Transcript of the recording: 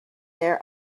there